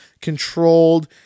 controlled